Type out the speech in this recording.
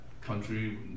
country